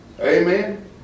Amen